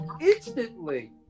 instantly